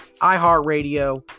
iHeartRadio